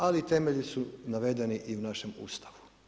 Ali, temelji su navedeni i u našem Ustavu.